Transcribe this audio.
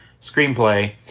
screenplay